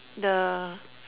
the